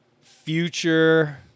Future